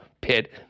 pit